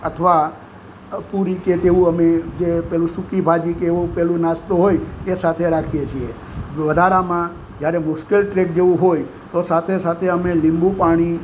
અથવા અ પૂરી કે તેવું અમે જે પેલું સૂકી ભાજી કે એવું પેલું નાસ્તો હોય એ સાથે રાખીએ છીએ વધારામાં જ્યારે મુશ્કેલ ટ્રીપ જેવું હોય તો સાથે સાથે અમે લીંબુ પાણી